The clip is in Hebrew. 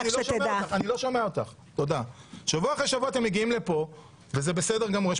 שבוע אחר שבוע אתם מגיעים לפה, וזה בסדר גמור.